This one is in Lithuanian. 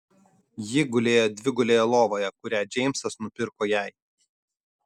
ji gulėjo dvigulėje lovoje kurią džeimsas nupirko jai